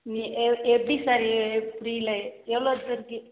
எ எ எப்படி சார் எ புரியல எவ்வளோ பேருக்கு